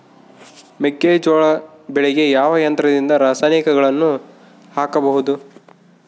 ಮೆಕ್ಕೆಜೋಳ ಬೆಳೆಗೆ ಯಾವ ಯಂತ್ರದಿಂದ ರಾಸಾಯನಿಕಗಳನ್ನು ಹಾಕಬಹುದು?